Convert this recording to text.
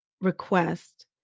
request